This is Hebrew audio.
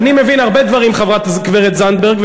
אני מבין הרבה דברים, חברת הכנסת זנדברג.